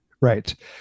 right